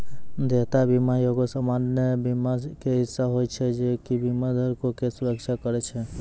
देयता बीमा एगो सामान्य बीमा के हिस्सा होय छै जे कि बीमा धारको के सुरक्षा करै छै